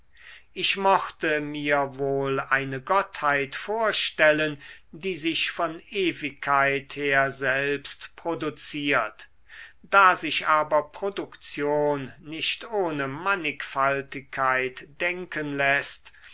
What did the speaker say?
ich mochte mir wohl eine gottheit vorstellen die sich von ewigkeit her selbst produziert da sich aber produktion nicht ohne mannigfaltigkeit denken läßt